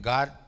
God